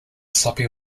sloppy